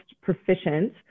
proficient